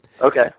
Okay